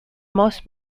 most